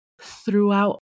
throughout